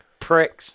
pricks